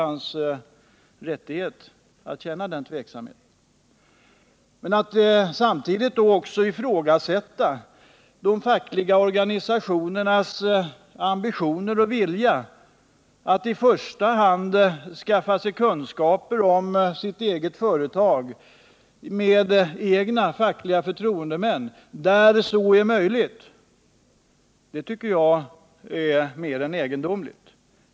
Men när han samtidigt ifrågasätter de fackliga organisationernas ambitioner och vilja att i första hand skaffa sig kunskaper om sitt eget företag genom egna fackliga förtroendemän, där så är möjligt, tycker jag att det blir mer än egendomligt.